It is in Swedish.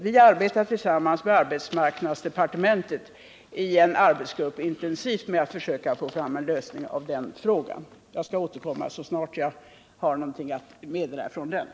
Vi arbetar tillsammans med arbetsmarknadsdepartementet i en arbetsgrupp med att försöka få fram lösningar, och jag skall återkomma i saken så snart jag har någonting att meddela.